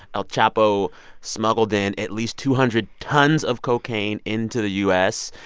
el chapo smuggled in at least two hundred tons of cocaine into the u s.